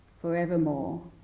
forevermore